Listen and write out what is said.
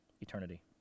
eternity